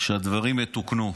שהדברים יתוקנו.